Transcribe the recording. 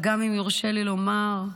אם יורשה לי לומר,